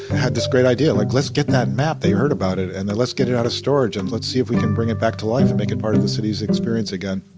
had this great idea. like, let's get that map. they heard about it and then, let's get it out of storage and let's see if we can bring it back to life and make it part of the city's experience again.